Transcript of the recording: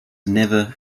never